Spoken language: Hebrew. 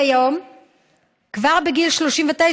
כבר בגיל 39,